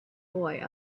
boy